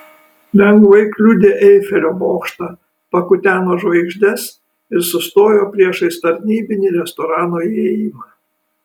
lengvai kliudė eifelio bokštą pakuteno žvaigždes ir sustojo priešais tarnybinį restorano įėjimą